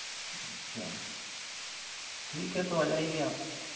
अच्छा ठीक है तो आ जाइए आप